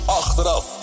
achteraf